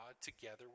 together